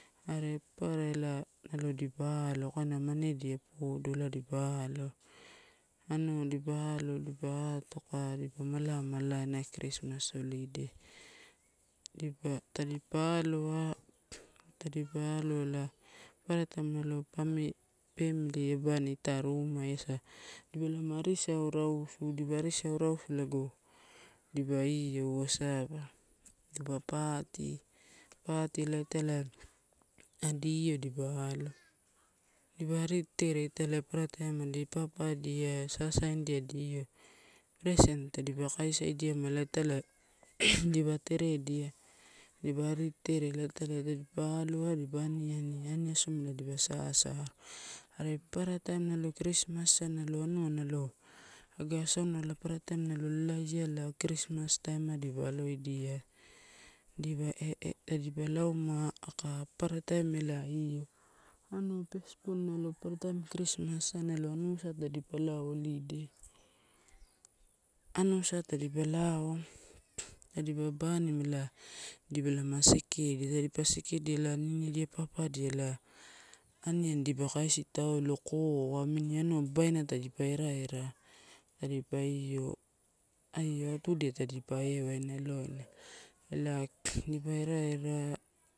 Are papara ela nalo dipa alo, kaina manedia podo, ela dipa alo anua dipa alo, dipa atoka dipa malamala e na kristmas holiday. Dipa, tadipa aloa ela papara taim ela nalo pam, pamili abani ita rumaiasa dipa lama arisau rausu. Dipa arisau rausu ela lago dipa ioua saba party, party ela italai adi io dipa alo, dipa aritetere italai papara taim adi papadia, sasaindia adi io present dipa kaisaidiama la italai dipa tredia. Dipa aritetere ela italai tadipa aloa, dipa ani aani, ani asoma dipe sasaru. Are papara taim kristmas ai nalo anua, nalo aga asaunala, papara taim nalo lalaiala kristmas taimai nalo dipa aloidia, dipa ta dipa lauma aka papara taim ela io anua first born nalo papara taim kristmas nalo anusai tadipa lao holiday. Anusa tadipa lao, tadipa banima ela dipalama sekesekedia, tadipa sekedia ela ninidiadia, papdia amani dipa kaisia tulo, koa amini babaina tadipa era. Tadipa io aia atudia dipa ewaina ela dipa era, era.